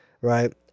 right